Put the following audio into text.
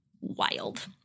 wild